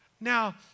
Now